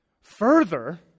Further